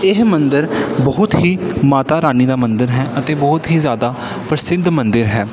ਇਹ ਮੰਦਰ ਬਹੁਤ ਹੀ ਮਾਤਾ ਰਾਣੀ ਦਾ ਮੰਦਰ ਹੈ ਅਤੇ ਬਹੁਤ ਹੀ ਜ਼ਿਆਦਾ ਪ੍ਰਸਿੱਧ ਮੰਦਰ ਹੈ